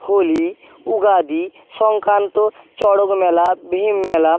হোলি উগাদি সংক্রান্তি চড়ক মেলা ভীম মেলা